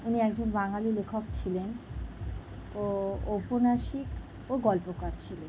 উনি একজন বাঙালি লেখক ছিলেন ও ঔপনাসিক ও গল্পকার ছিলেন